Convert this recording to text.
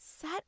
Set